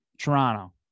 Toronto